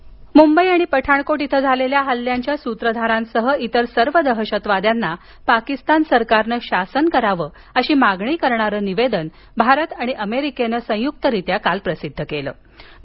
Bharat America निवेदन मुंबई आणि पठाणकोट इथं झालेल्या हल्ल्यांच्या सूत्रधारांसह इतर सर्व दहशतवाद्यांना पाकिस्तान सरकारनं शासन करावं अशी मागणी करणारं निवेदन भारत आणि अमेरिकेनं संयुक्तरीत्या काल प्रसिध्द केलं आहे